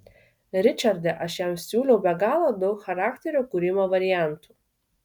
ričarde aš jam siūliau be galo daug charakterio kūrimo variantų